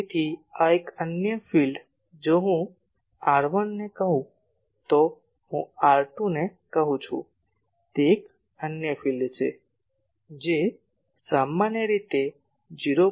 તેથી આ એક અન્ય વિસ્તાર આ જો હું R1 ને કહું તો હું R2 ને કહું છું તે એક અન્ય વિસ્તાર છે જે સામાન્ય રીતે 0